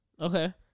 Okay